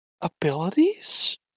abilities